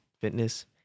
fitness